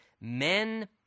men